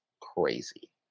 crazy